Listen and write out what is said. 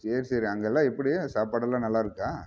சரி சரி அங்கேல்லாம் எப்படி சாப்பாடு எல்லாம் நல்லா இருக்கா